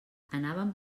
anaven